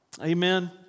Amen